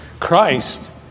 Christ